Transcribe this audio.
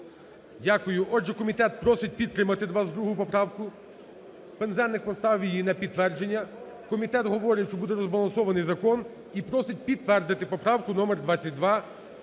Дякую. Отже, комітет просить підтримати 22 поправки, Пинзеник поставив її на підтвердження. Комітет говорить, що буде розбалансований закон і просить підтвердити поправку номер 22.